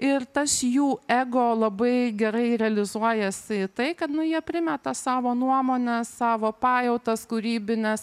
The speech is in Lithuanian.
ir tas jų ego labai gerai realizuojasi į tai kad nu jie primeta savo nuomonę savo pajautas kūrybines